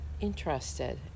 interested